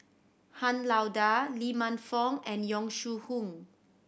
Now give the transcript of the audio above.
Han Lao Da Lee Man Fong and Yong Shu Hoong